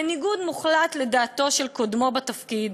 בניגוד מוחלט לדעתו של קודמו בתפקיד.